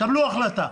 תקבלו החלטה.